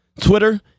Twitter